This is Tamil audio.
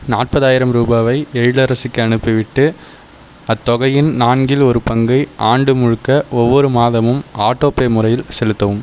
நாற்பதாயிரம் ரூபாவை எழிலரசிக்கு அனுப்பிவிட்டு அத்தொகையின் நான்கில் ஒரு பங்கை ஆண்டு முழுக்க ஒவ்வொரு மாதமும் ஆட்டோ பே முறையில் செலுத்தவும்